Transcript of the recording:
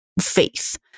faith